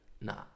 Nah